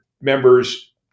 members